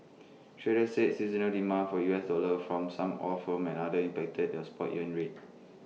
traders said seasonal demand for U S dollar from some oil firms and other impacted the spot yuan rate